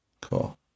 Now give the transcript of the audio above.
Cool